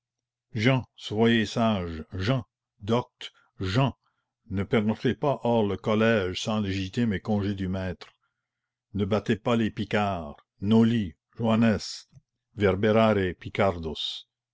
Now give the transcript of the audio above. jehan soyez sage jehan docte jehan ne pernoctez pas hors le collège sans légitime et congé du maître ne battez pas les picards noli joannes verberare picardos